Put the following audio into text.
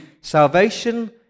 salvation